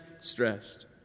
stressed